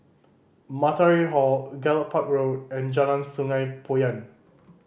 Matahari Hall Gallop Park Road and Jalan Sungei Poyan